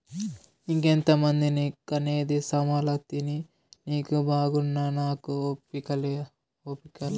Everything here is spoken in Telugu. ఇంకెంతమందిని కనేది సామలతిని నీకు బాగున్నా నాకు ఓపిక లా